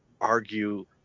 argue